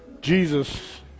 Jesus